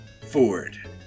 Ford